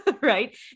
right